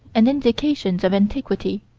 and indications of antiquity,